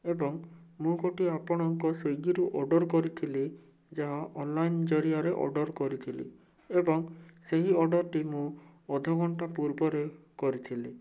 ଏବଂ ମୁଁ ଗୋଟିଏ ଆପଣଙ୍କ ସ୍ଵିଗୀରୁ ଅର୍ଡ଼ର୍ କରିଥିଲି ଯାହା ଅନଲାଇନ୍ ଜରିଆରେ ଅର୍ଡ଼ର୍ କରିଥିଲି ଏବଂ ସେହି ଅର୍ଡ଼ରଟି ମୁଁ ଅଧଘଣ୍ଟା ପୂର୍ବରେ କରିଥିଲି